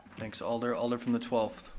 thanks alder, alder from the twelfth.